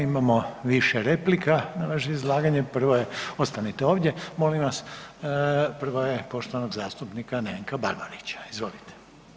Imamo više replika na vaše izlaganje, prva je, ostanite ovdje molim vas, prva je poštovanog zastupnika Nevenka Barbarića, izvolite.